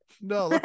no